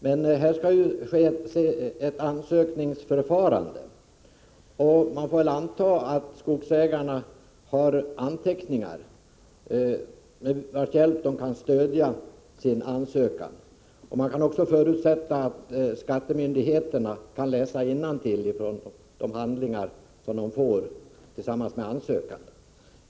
Men det skall ju bli ett ansökningsförfarande, och man får väl anta att skogsägarna har anteckningar med vars hjälp de kan stödja sin ansökan, och man kan också förutsätta att skattemyndigheterna kan läsa innantill i de handlingar som de får tillsammans med ansökan.